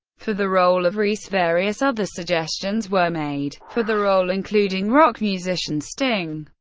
for the role of reese, various other suggestions were made for the role including rock musician sting.